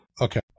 Okay